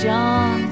John